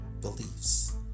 beliefs